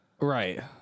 Right